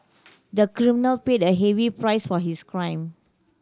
the criminal paid a heavy price for his crime